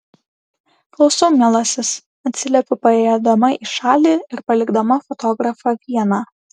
klausau mielasis atsiliepiu paėjėdama į šalį ir palikdama fotografą vieną